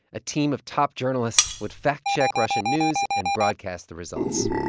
a team of top journalists would fact-check russian news and broadcast the results.